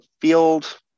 field